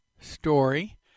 Story